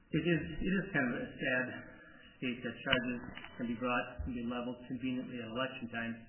it is it is kind of a sad state that charges can be brought, can be leveled conveniently at election time,